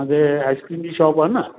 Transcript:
तव्हां खे आईसक्रीम जी शॉप आहे न